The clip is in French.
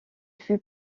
fut